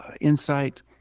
insight